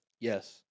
Yes